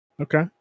Okay